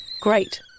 Great